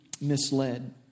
misled